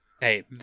Hey